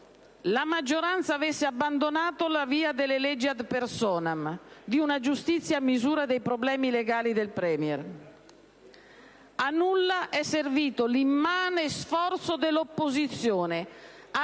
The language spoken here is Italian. la maggioranza avesse abbandonato la via delle leggi *ad personam* e di una giustizia a misura dei problemi legali del *Premier*. A nulla è servito l'immane sforzo dell'opposizione